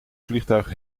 vliegtuig